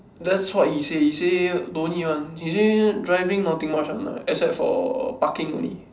that's what he say he say no need [one] he say driving nothing much one lah except for parking only